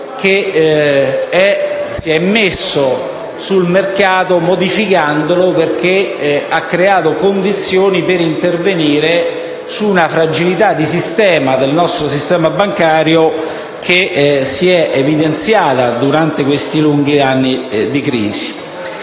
una volta messo sul mercato, ne ha modificato la natura, perché ha creato le condizioni per intervenire su una fragilità di sistema del nostro sistema bancario, che si è evidenziata durante questi lunghi anni di crisi.